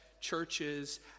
churches